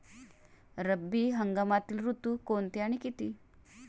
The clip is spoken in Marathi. रब्बी हंगामातील ऋतू कोणते आणि किती?